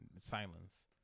silence